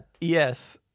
yes